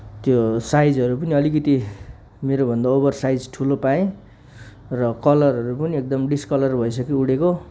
त्यो साइजहरू पनि अलिकति मेरोभन्दा ओभर साइज ठुलो पाएँ र कलरहरू पनि एकदम डिसकलर भइसकेको उडे्को